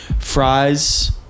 fries